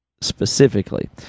Specifically